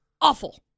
awful